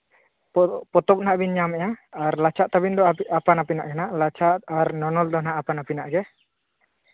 ᱯᱚᱛᱚᱵᱽ ᱦᱟᱸᱜ ᱵᱤᱱ ᱧᱟᱢᱮᱫᱼᱟ ᱟᱨ ᱞᱟᱪᱷᱟ ᱛᱟᱹᱵᱤᱱ ᱫᱚ ᱟᱯᱟᱱ ᱟᱯᱤᱱᱟᱜ ᱜᱮ ᱦᱟᱸᱜ ᱞᱟᱪᱷᱟ ᱟᱨ ᱱᱚᱱᱚᱞ ᱫᱚ ᱦᱟᱸᱜ ᱟᱹᱵᱤᱱᱟᱜ ᱜᱮ